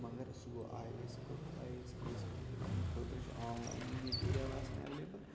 مگر سُہ گوٚو آی اے اٮ۪س خٲطرٕ I A S K S خٲطرٕ اَمہِ خٲطرٕ چھِ آن لاینٕے میٚٹیٖریَل آسان اٮ۪ولیبٕل